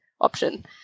option